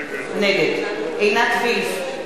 נגד עינת וילף,